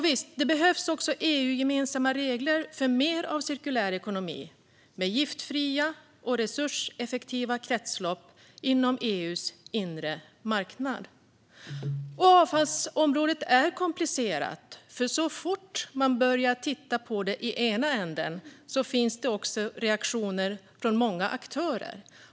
Visst, det behövs EU-gemensamma regler för mer av cirkulär ekonomi med giftfria och resurseffektiva kretslopp inom EU:s inre marknad. Avfallsområdet är komplicerat. Så fort man börjar titta på det kommer det reaktioner från många aktörer.